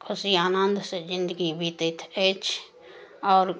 खुशी आनन्द से जिन्दगी बितैत अछि आओर